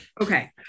okay